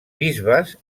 bisbes